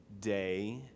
day